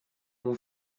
mon